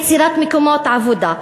יצירת מקומות עבודה.